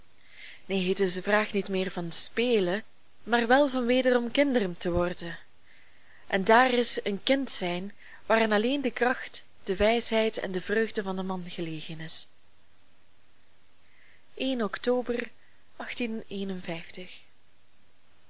neen het is de vraag niet meer van spelen maar wel van wederom kinderen te worden en daar is een kind zijn waarin alleen de kracht de wijsheid en de vreugde van den man gelegen is october